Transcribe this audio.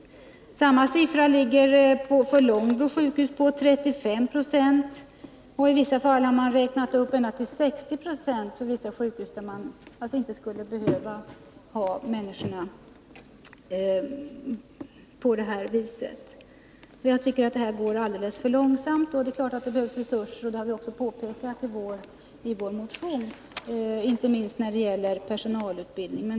Motsvarande siffra för Långbro sjukhus är 35 96. I vissa fall har man angivit att ända upp till 60 90 av patienterna inte skulle behöva vara intagna. Jag tycker att detta går alldeles för långsamt. Det är klart att det behövs resurser, och det har vi också påpekat i vår motion, inte minst när det gäller personalutbildning.